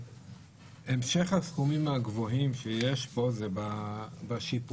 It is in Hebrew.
המשך הסכומים הגבוהים שיש פה זה בשיפוצים.